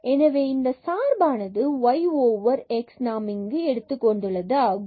எனவே இந்த சார்பானது yx நாம் இங்கு எடுத்துக் கொண்டுள்ளது ஆகும்